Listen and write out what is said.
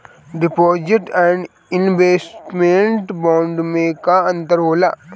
Deposit and investment bond मे का अंतर होला?